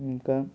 ఇంకా